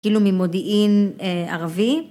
כאילו ממודיעין ערבי